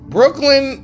Brooklyn